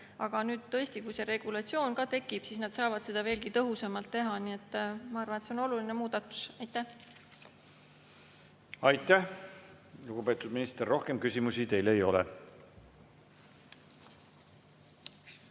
Aga nüüd, kui see regulatsioon tekib, saavad nad seda veelgi tõhusamalt teha, nii et ma arvan, et see on oluline muudatus. Aitäh, lugupeetud minister! Rohkem küsimusi teile ei ole.